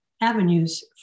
avenues